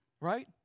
right